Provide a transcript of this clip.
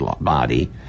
body